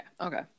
okay